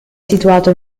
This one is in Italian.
situato